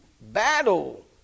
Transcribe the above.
battle